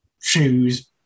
shoes